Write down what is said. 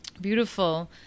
Beautiful